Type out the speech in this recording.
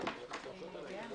הצו אושר.